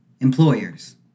Employers